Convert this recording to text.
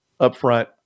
upfront